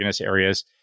areas